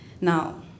Now